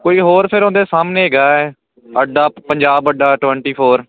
ਕੋਈ ਹੋਰ ਫਿਰ ਉਹਦੇ ਸਾਹਮਣੇ ਹੈਗਾ ਅੱਡਾ ਪੰਜਾਬ ਵੱਡਾ ਟਵੇਂਟੀ ਫੌਰ